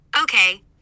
Okay